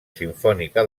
simfònica